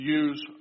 use